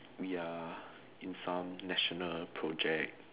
we are in some national project